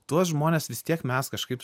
tuos žmones vis tiek mes kažkaip